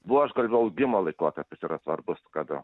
buožgalvių augimo laikotarpis yra svarbus kad